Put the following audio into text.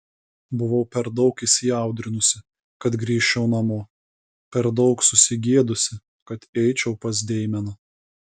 buvau per daug įsiaudrinusi kad grįžčiau namo per daug susigėdusi kad eičiau pas deimeną